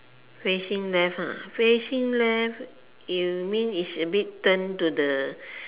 facing left facing left you mean is turn to the